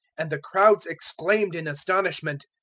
and the crowds exclaimed in astonishment,